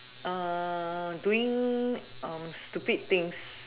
doing stupid things